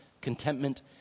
contentment